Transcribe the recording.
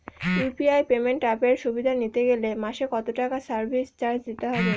UPI payment অ্যাপের সুবিধা নিতে গেলে মাসে কত টাকা সার্ভিস চার্জ দিতে হবে?